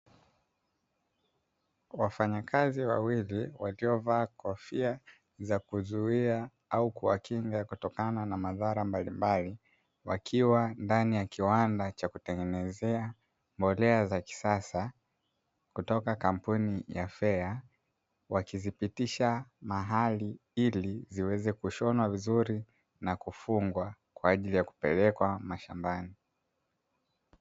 Wafanyakazi wawili waliyovaa kofia za kuzuia au kuwakinga kutokana na madhara mbalimbali, wakiwa ndani ya kiwanda cha kutengenezea mbolea za kisasa kutoka kampuni ya "Fea" wakizipitisha mahali, ili ziweze kushonwa vizuri na kufungwa kwa ajili ya kupelekwa mashambani.